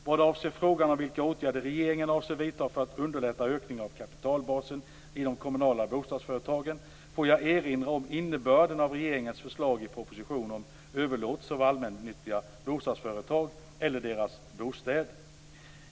Vad avser frågan om vilka åtgärder regeringen avser att vidta för att underlätta en ökning av kapitalbasen i de kommunala bostadsföretagen får jag erinra om innebörden av regeringens förslag i propositionen om överlåtelser av allmännyttiga bostadsföretag eller deras bostäder .